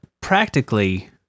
practically